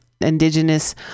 indigenous